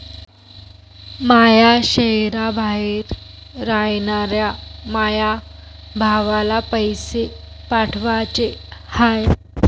माया शैहराबाहेर रायनाऱ्या माया भावाला पैसे पाठवाचे हाय